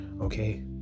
okay